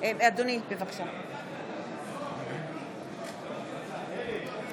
מצביע יאיר לפיד, מצביע אמילי חיה